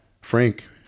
Frank